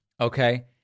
Okay